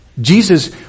Jesus